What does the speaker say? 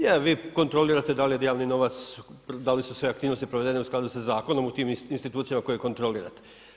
Je, vi kontrolirate, da li je javni novac, da li su sve aktivnosti provedene u skladu sa zakonom, u tim institucijama koje kontrolirate.